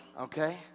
okay